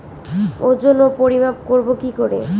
ওজন ও পরিমাপ করব কি করে?